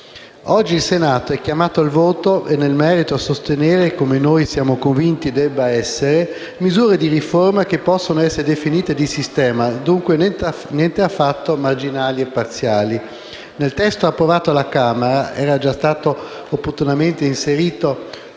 Oggi il Senato è chiamato al voto e, nel merito, a sostenere (come noi siamo convinti debba essere) misure di riforma che possono essere definite di sistema, dunque nient'affatto marginali e parziali. Nel testo approvato alla Camera era stato opportunamente inserito,